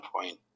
point